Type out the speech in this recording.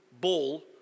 ball